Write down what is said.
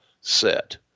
set